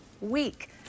week